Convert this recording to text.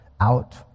out